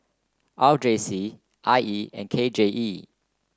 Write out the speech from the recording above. R J C I E and K J E